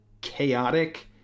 chaotic